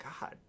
God